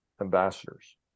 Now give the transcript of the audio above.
ambassadors